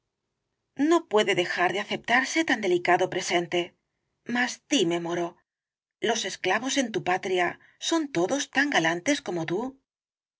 no puede dejar de aceptarse tan delicado p r e sente mas dime moro los esclavos en tu patria son todos tan galantes como tú